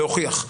להוכיח.